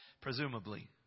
presumably